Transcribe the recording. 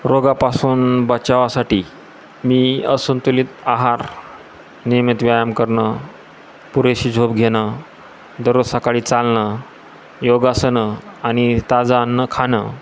रोगापासून बचावासाठी मी असंतुलित आहार नियमित व्यायाम करणं पुरेशी झोप घेणं दररोज सकाळी चालणं योगासनं आणि ताजं अन्न खाणं